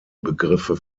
begriffe